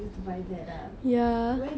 where you see where you